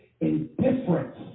indifference